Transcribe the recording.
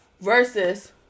versus